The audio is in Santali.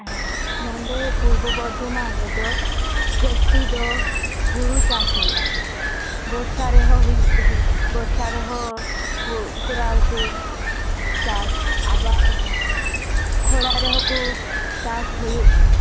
ᱦᱮᱸ ᱱᱚᱸᱰᱮ ᱯᱩᱨᱵᱚ ᱵᱚᱨᱫᱷᱚᱢᱟᱱ ᱨᱮᱫᱚ ᱡᱟᱹᱥᱛᱤ ᱫᱚ ᱦᱩᱲᱩ ᱪᱟᱥ ᱦᱩᱭᱩᱜᱼᱟ ᱵᱚᱨᱥᱟ ᱨᱮᱦᱚᱸ ᱦᱩᱭᱩ ᱦᱩ ᱵᱚᱨᱥᱟ ᱨᱮᱦᱚᱸ ᱠᱚᱨᱟᱣ ᱟᱠᱚ ᱪᱟᱥ ᱟᱵᱟᱫ ᱠᱷᱚᱨᱟ ᱨᱮᱦᱚᱸ ᱠᱚ ᱪᱟᱥ ᱦᱩᱭᱩᱜ ᱜᱮᱭᱟ